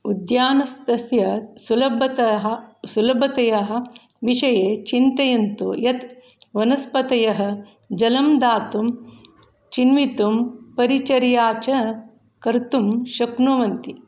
उद्यानस्तस्य सुलभः सुलभतया विषये चिन्तयन्तु यत् वनस्पतयः जलं दातुं चिन्वितुं परिचर्या च कर्तुं शक्नुवन्ति